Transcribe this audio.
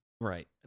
Right